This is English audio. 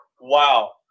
Wow